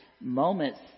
Moments